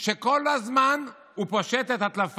של הליכוד בהנהגת בנימין